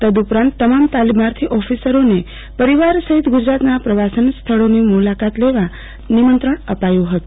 તદ ઉપરાંત તમામ તાલીમાર્થી ઓફિસરનોને પરિવાર સહિત ગુજરાતના પ્રવાસન સ્થળોની મુલાકાત લેવા નિમંત્રણ અપાયુ હતું